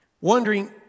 wondering